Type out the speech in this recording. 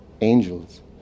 angels